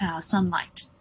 sunlight